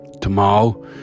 tomorrow